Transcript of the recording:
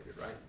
right